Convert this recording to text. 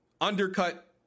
undercut